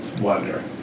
wonder